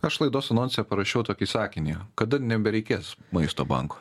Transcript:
aš laidos anonse parašiau tokį sakinį kad nebereikės maisto banko